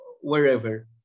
wherever